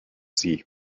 sie